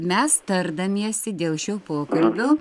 mes tardamiesi dėl šio pokalbio